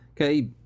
okay